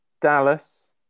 Dallas